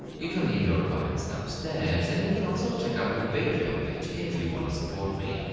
you can leave you comments downstairs and you can also check out my patreon page, if you wanna support me.